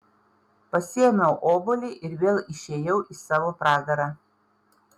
pasiėmiau obuolį ir vėl išėjau į savo pragarą